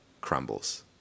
crumbles